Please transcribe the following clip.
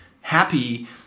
happy